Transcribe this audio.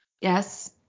Yes